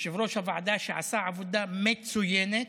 יושב-ראש הוועדה, שעשה עבודה מצוינת